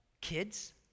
kids